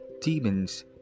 Demons